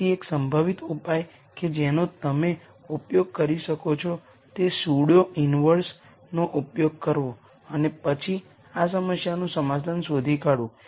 તેથી એક સંભવિત ઉપાય કે જેનો તમે ઉપયોગ કરી શકો છો તે છે સ્યુડો ઈન્વર્સનો ઉપયોગ કરવો અને પછી આ સમસ્યાનું સમાધાન શોધી કાઢવું